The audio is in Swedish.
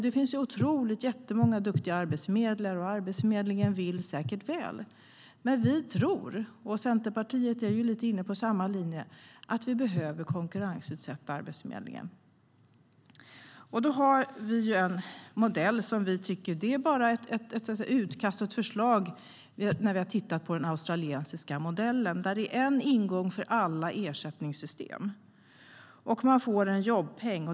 Det finns jättemånga duktiga arbetsförmedlare, och Arbetsförmedlingen vill säkert väl. Men vi tror att vi behöver konkurrensutsätta Arbetsförmedlingen, och Centerpartiet är inne på ungefär samma linje. Vi har ett utkast till ett förslag. Vi har tittat på den australiska modellen, där det är en ingång för alla ersättningssystem. Man får en jobbpeng.